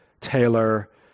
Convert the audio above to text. Taylor